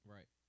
Right